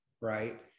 right